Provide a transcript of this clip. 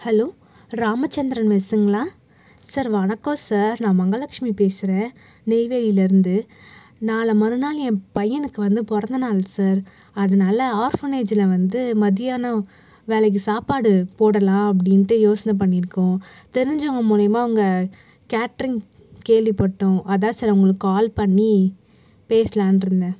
hello Ramachandran மெஸ்ஸுங்களா sir வணக்கம் sir நான் மகாலக்ஷ்மி பேசறேன் நெய்வேலியில் இருந்து நாளை மறுநாள் என் பையனுக்கு வந்து பிறந்த நாள் சார் அதனால ஆர்ஃபனேஜ்ஜில் வந்து மத்தியானம் வேளைக்கு சாப்பாடு போடலாம் அப்படின்ட்டு யோசனை பண்ணியிருக்கோம் தெரிஞ்சவங்க மூலிமா உங்கள் கேட்டரிங் கேள்விப்பட்டோம் அதுதான் சார் உங்களுக்கு கால் பண்ணி பேசலாம்னுட்டு இருந்தேன்